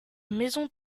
maisons